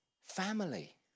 Family